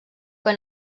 que